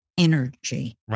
energy